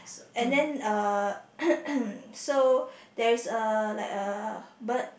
and then uh so there is uh like a bird